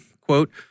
Quote